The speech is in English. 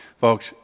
Folks